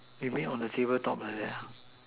you mean on the table top like that ah